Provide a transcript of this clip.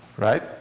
Right